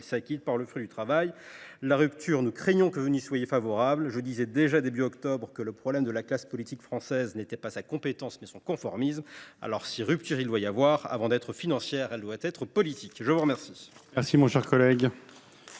ils s’acquittent par leur travail. La rupture, nous craignons que vous n’y soyez favorables. Je disais déjà au début du mois d’octobre dernier que le problème de la classe politique française était non pas sa compétence, mais son conformisme. Dès lors, si rupture il doit y avoir, avant d’être financière, elle doit être politique. Montrez